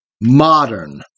modern